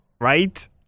Right